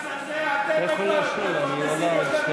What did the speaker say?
את ה"חמאס" הזה אתם מפרנסים יותר מכל אחד אחר.